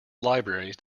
libraries